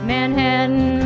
Manhattan